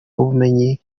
ubumenyi